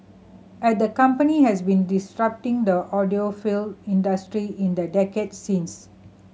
and the company has been disrupting the audiophile industry in the decade since